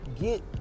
get